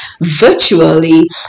virtually